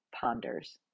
ponders